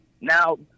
Now